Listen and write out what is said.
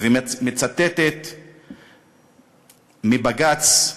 ומצטטת מבג"ץ,